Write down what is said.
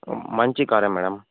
మంచి కారే మేడం